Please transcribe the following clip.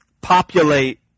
populate